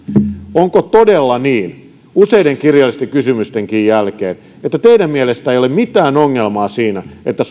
onko todella niin useiden kirjallisten kysymysten jälkeenkin että teidän mielestänne ei ole mitään ongelmaa siinä että